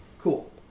Cool